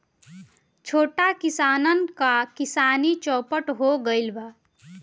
छोट किसानन क किसानी चौपट हो गइल बा